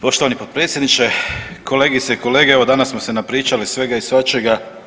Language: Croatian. Poštovani potpredsjedniče, kolegice i kolege, evo danas smo se napričali svega i svačega.